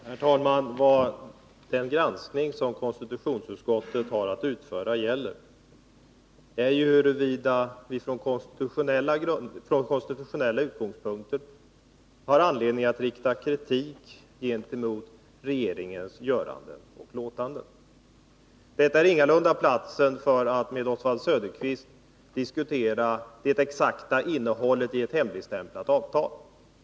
Herr talman! Den granskning som konstitutionsutskottet har att utföra gäller ju huruvida vi från konstitutionella utgångspunkter har anledning att rikta kritik gentemot regeringens göranden och låtanden. Detta är ingalunda platsen för att med Oswald Söderqvist diskutera det exakta innehållet i ett hemligstämplat avtal.